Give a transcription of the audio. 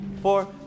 four